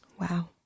Wow